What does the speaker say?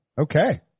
Okay